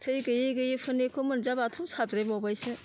थै गैयि गैयि फोरनिखौ मोनजाब्लाथ' साबद्रायबावबायसो